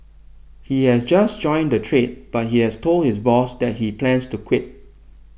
he has just joined the trade but he has told his boss that he plans to quit